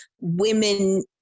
women